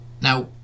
Now